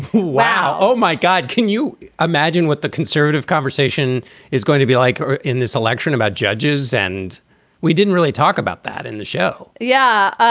wow. oh, my god can you imagine what the conservative conversation is going to be like in this election about judges? and we didn't really talk about that in the show yeah,